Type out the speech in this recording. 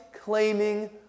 claiming